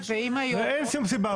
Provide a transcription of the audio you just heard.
אין שום סיבה,